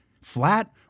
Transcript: flat